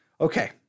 Okay